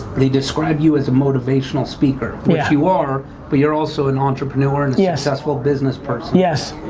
they describe you as a motivational speaker, which you are but you're also an entrepreneur and yeah successful business person. yes.